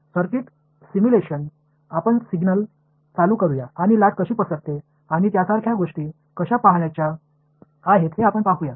circuit simulation आपण signal चालू करूया आणि लाट कशी पसरते आणि त्यासारख्या गोष्टी कशा पहायच्या आहेत हे आपण पाहूया